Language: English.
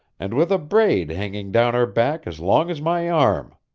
and with a braid hanging down her back as long as my arm.